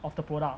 of the product